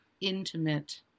intimate